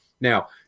Now